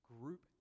group